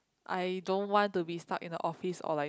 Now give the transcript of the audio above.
I don't want to be stuck in the office or like